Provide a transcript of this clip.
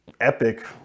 epic